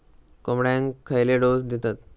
कोंबड्यांक खयले डोस दितत?